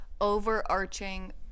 overarching